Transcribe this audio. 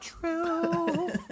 true